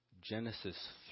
Genesis